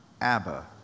Abba